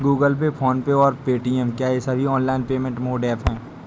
Google Pay PhonePe और Paytm क्या ये सभी ऑनलाइन पेमेंट मोड ऐप हैं?